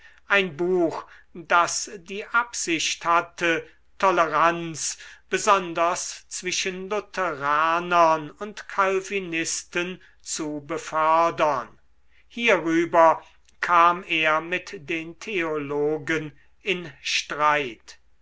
ein buch das die absicht hatte toleranz besonders zwischen lutheranern und calvinisten zu befördern hierüber kam er mit den theologen in streit